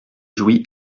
jouy